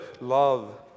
Love